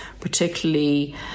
particularly